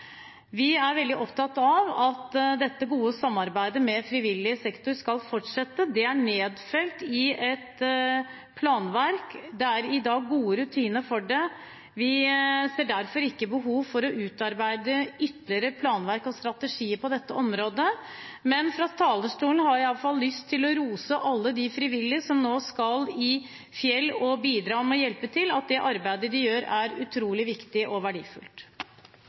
Vi er veldig opptatt av at dette gode samarbeidet med frivillig sektor skal fortsette. Det er nedfelt i et planverk. Det er i dag gode rutiner for det. Vi ser derfor ikke behov for å utarbeide ytterligere planverk og strategier på dette området, men fra talerstolen har jeg iallfall lyst til å rose alle de frivillige som nå skal i fjellet og bidra med å hjelpe til. Det arbeidet de gjør, er utrolig viktig og verdifullt.